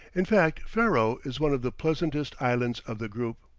in fact ferro is one of the pleasantest islands of the group.